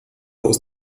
aus